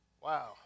Wow